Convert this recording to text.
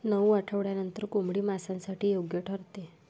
नऊ आठवड्यांनंतर कोंबडी मांसासाठी योग्य ठरते